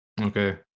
okay